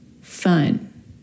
fun